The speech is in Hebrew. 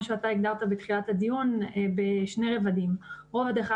שהגדרת בתחילת הדיון בשני רבדים: רובד אחד,